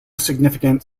significant